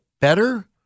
better